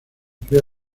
crea